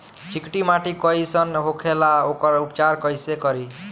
चिकटि माटी कई सन होखे ला वोकर उपचार कई से करी?